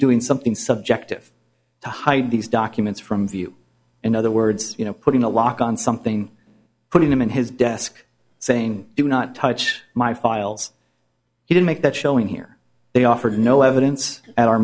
doing something subjective to hide these documents from view in other words you know putting a lock on something putting them in his desk saying do not touch my files he did make that showing here they offered no evidence at our